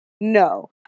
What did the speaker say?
no